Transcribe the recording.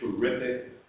terrific